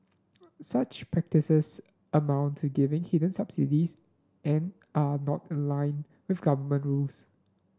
such practices amount to giving hidden subsidies and are not in line with government rules